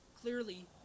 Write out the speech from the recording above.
clearly